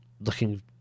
looking